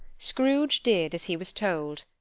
scrooge did as he was told,